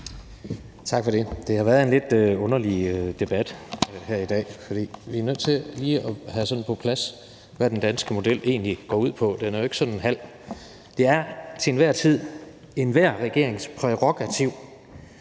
Tak for det. Det har været en lidt underlig debat her i dag, og vi er nødt til lige at have på plads, hvad den danske model egentlig går ud på. Det er den til enhver tid siddende regerings prærogativ